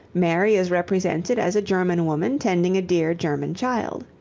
mary is represented as a german woman tending a dear german child.